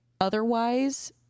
Otherwise